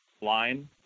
line